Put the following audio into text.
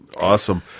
awesome